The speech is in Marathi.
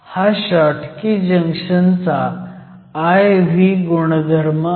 हा शॉटकी जंक्शनचा I V गुणधर्म आहे